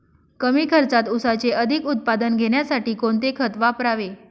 कमी खर्चात ऊसाचे अधिक उत्पादन घेण्यासाठी कोणते खत वापरावे?